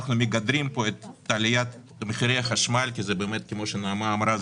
אנחנו מגדרים את עליית מחירי החשמל כי כמו שנעמה אמרה,